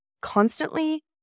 constantly